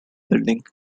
building